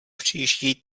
příští